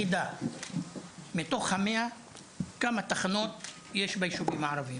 חידה מתוך ה-100 כמה תחנות יש ביישובים הערביים?